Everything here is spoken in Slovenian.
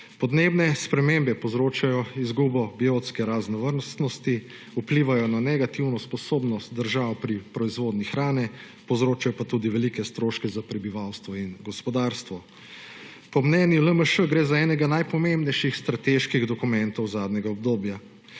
Podnebne spremembe povzročajo izgubo biotske raznovrstnosti, vplivajo na negativno sposobnost držav pri proizvodnji hrane, povzročajo pa tudi velike stroške za prebivalstvo in gospodarstvo. Po mnenju LMŠ gre za enega najpomembnejših strateških dokumentov zadnjega obdobja.